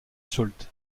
sault